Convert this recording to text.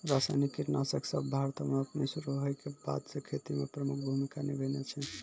रसायनिक कीटनाशक सभ भारतो मे अपनो शुरू होय के बादे से खेती मे प्रमुख भूमिका निभैने छै